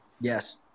Yes